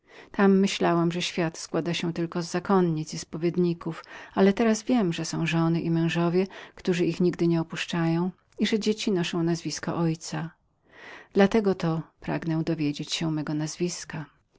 tam myśliłam że świat składa się tylko z zakonnic i spowiedników ale teraz wiem że są żony i mężowie którzy ich nigdy nie opuszczają i że dzieci noszą nazwisko ojca dla tego to pragnę dowiedzieć się o mojem nazwisku